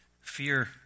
Fear